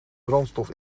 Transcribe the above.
brandstof